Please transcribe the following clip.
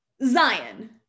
Zion